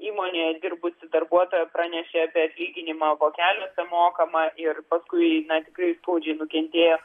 įmonėje dirbusi darbuotoja pranešė apie atlyginimą vokeliuose mokamą ir paskui na tikrai skaudžiai nukentėjo